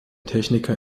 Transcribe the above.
techniker